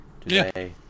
today